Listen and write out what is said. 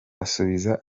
asubiza